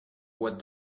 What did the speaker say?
what